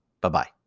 Bye-bye